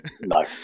No